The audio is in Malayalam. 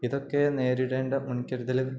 ഇതൊക്കെ നേരിടേണ്ട മുൻകരുതലും